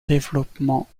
développement